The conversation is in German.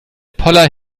poller